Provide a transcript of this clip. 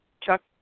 Chuck